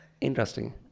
Interesting